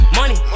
money